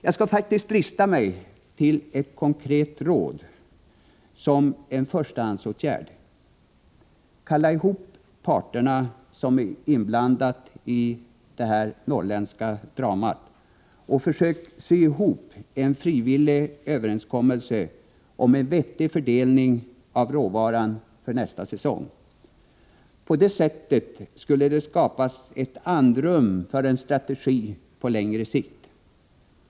Jag skall faktiskt drista mig till ett konkret råd som en förstahandsåtgärd: Kalla ihop parterna som är inblandade i detta norrländska drama och försök sy ihop en frivillig överenskommelse om en vettig fördelning av råvaran för nästa säsong! På det sättet skulle det skapas ett andrum för en strategi på längre sikt.